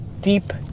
deep